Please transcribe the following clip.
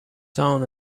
down